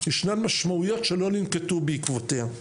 ישנם משמעויות שלא נקלטו בעקבותיה.